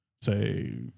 Say